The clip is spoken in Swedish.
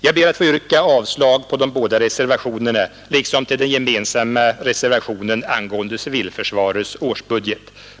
Jag ber att få yrka avslag på båda reservationerna liksom på den gemensamma reservationen angående civilförsvarets årsbudget.